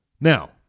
now